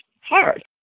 hard